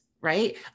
right